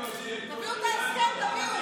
תביאו את ההסכם, תביאו.